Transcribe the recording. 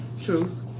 Truth